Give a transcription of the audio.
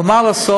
אבל מה לעשות,